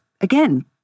again